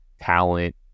talent